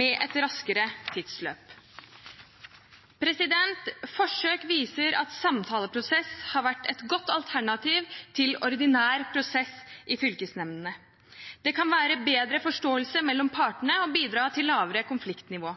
med et raskere tidsløp. Forsøk viser at samtaleprosess har vært et godt alternativ til ordinær prosess i fylkesnemndene. Det kan gi bedre forståelse mellom partene og bidra til et lavere konfliktnivå.